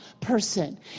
person